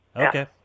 Okay